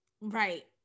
right